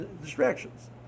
distractions